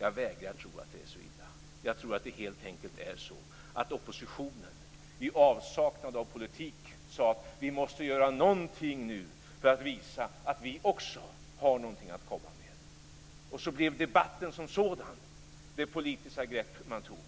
Jag vägrar tro att det är så illa. Jag tror att det helt enkelt är så att oppositionen, i avsaknad av politik, sade: Vi måste göra någonting för att visa att vi också har någonting att komma med. Debatten som sådan blev det politiska grepp man tog.